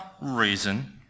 reason